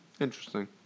Interesting